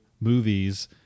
movies